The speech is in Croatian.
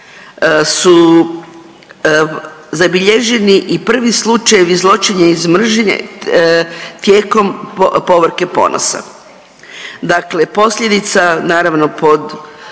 su zabilježeni i prvi slučajevi zločina iz mržnje tijekom Povorke Ponosa. Dakle, posljedica naravno pod